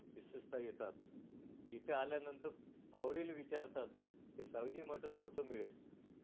विशेषतः येतात इथे आल्यानंतर आवडीनं विचारतात ते सावजी मटण कुठं मिळेल